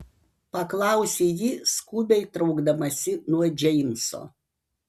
paklausė ji skubiai traukdamasi nuo džeimso